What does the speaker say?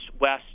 west